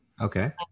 Okay